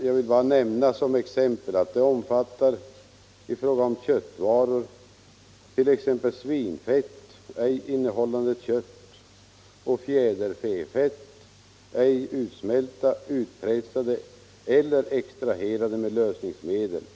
Jag vill nämna att förteckningen i fråga om köttvaror omfattar t.ex. svinkött, ej innehållande kött, och fjäderfäfett, ej utsmält, utpressat eller extraherat med lösningsmedel.